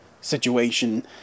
situation